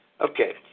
Okay